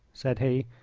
said he.